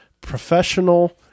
professional